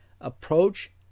Approach